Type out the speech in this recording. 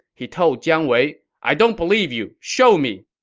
he told jiang wei, i don't believe you. show me.